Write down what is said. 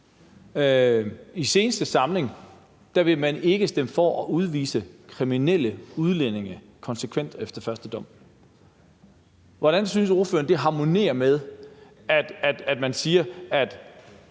I seneste samling ville man ikke stemme for at udvise kriminelle udlændinge konsekvent efter første dom. Hvordan synes ordføreren det harmonerer med, at man siger, at